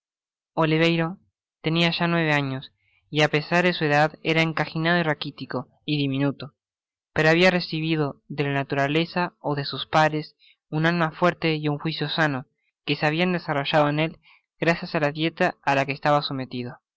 oliverio tenia ya nueve años y apesar de su edad era encanijado raquitico y diminuto pero habia recibido de la naturaleza ó de sus padres una alma fuerte y un juicio sano que se habian desarrollado en él gracias á la dieta á que estaba sometido